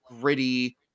gritty